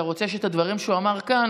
אתה רוצה שאת הדברים שהוא אמר כאן,